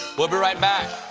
we'll be right back.